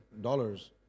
dollars